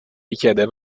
richiede